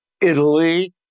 Italy